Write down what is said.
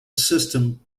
system